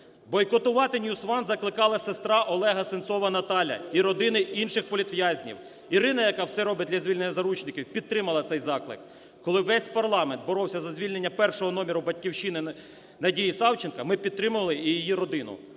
Бойкотувати NewsOne закликала сестра Олега Сенцова Наталя і родини інших політв'язнів. Ірина, яка все робить для звільнення заручників, підтримала цей заклик. Коли весь парламент боровся за звільнення першого номеру "Батьківщини" Надії Савченко, ми підтримали і її родину.